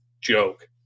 joke